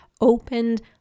opened